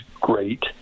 great